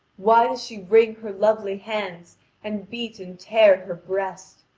why does she wring her lovely hands and beat and tear her breast?